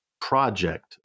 project